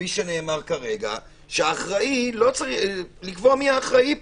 כפי שנאמר כרגע, לקבוע מהאחראי פה,